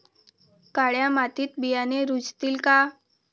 काळ्या मातीत बियाणे रुजतील का?